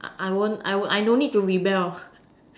I won't I won't need to rebel